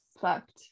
fucked